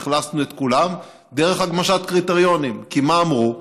אכלסנו את כולן דרך הגמשת קריטריונים, כי מה אמרו?